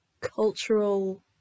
cultural